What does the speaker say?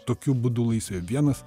tokiu būdu laisvi vienas